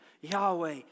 Yahweh